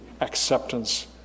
acceptance